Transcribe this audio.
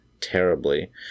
terribly